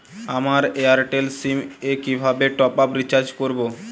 আমার Airtel sim এ কিভাবে টপ আপ রিচার্জ করবো?